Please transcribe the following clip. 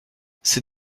c’est